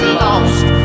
lost